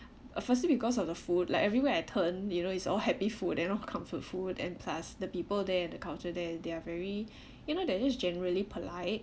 uh firstly because of the food like everywhere I turn you know is all happy food and all comfort food and plus the people there and the culture there they're very you know they're just generally polite